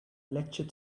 lecture